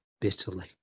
bitterly